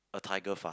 a tiger father